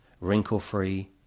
wrinkle-free